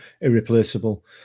irreplaceable